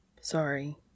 Sorry